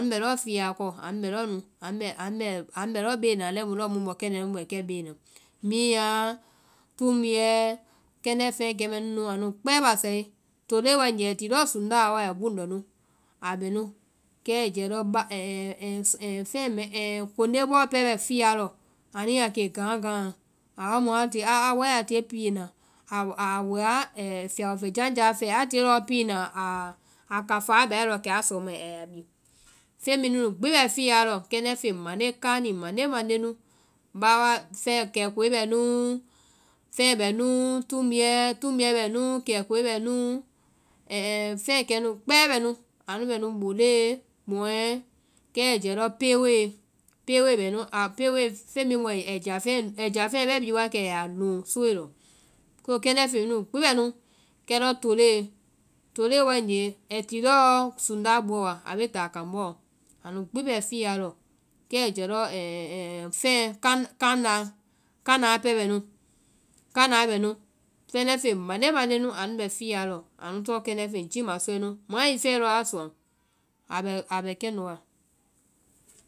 Ánu bɛ lɔɔ fiya kɔ anu bɛ lɔ nu, anu bɛ anu bɛ lɔɔ bee na kiimu mu mɔ kɛndɛ́ɛ nu bɛ kɛ bee na. Minyaã, tumbuɛ, kɛndɛ́ feŋɛ kɛ mɛɛ nu nu anu kpɛɛ basae, toloe waegee a bɛ lɔɔ sundaɔ wa a bɛ buŋndɔ nu a bɛ nu. a bɛ nu, kɛ ai jɛɛ lɔ ba- konde bɔɔ pɛɛ bɛ fiya lɔ. anu yaa kee gah̃gah̃ã, a wa mu a tie, a wa mu a tie lɔ piina, a woa fiyabɔ fɛ janjaa fɛɛ, a tie lɔɔ pii na a kafaa a bɛae, kɛ a sɔma a ya bii. Feŋ bhii nu nu gbi bɛ fiyaa lɔ, kɛndɛ́ feŋ mande, kani mande mande nu, báwaa fɛŋ-kɛkoe bɛ núu. feŋ bɛ núu, tumbuɛ, tumbuɛ bɛ núu, kɛkoe bɛ núu, fɛŋ kɛnu kpɛɛ bɛ nu. Anu bɛ nu woloe kpɔŋɛ, kɛ ɛɛ jɛɛ lɔ pewee, pewee bɛ nu. a pewee feŋ bhii mu ai jafeŋɛ, ai jafeŋ bɛ biwa kɛ a ya nuu soe lɔ. so kɛndɛ́ nu gbi bɛ nu, kɛ lɔ toloe, toloe waegee ai ti lɔɔ sunda buɔ wa a bee taa kaŋ bɔɔ, anu gbi bɛ fiya lɔ, kɛ ɛɛ jɛ lɔ<> kánaã, kánaã pɛɛ bɛ nu, kánaã bɛ nu, kɛndɛ́ feŋ mande mande nu bɛ fiyaa lɔ. anu tɔŋ kɛndɛ́ feŋ jiima sɔɛ nu, mɔɛ ai fɛe lɔɔ a suwaŋ, a bɛ- abɛ kɛnu wa.